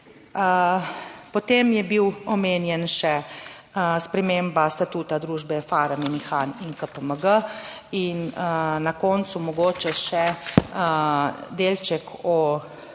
Potem je bil omenjen še sprememba statuta družbe Farma Ihan in KPMG. In na koncu mogoče še delček o